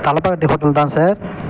தலப்பாக்கட்டி ஹோட்டல்தான் சார்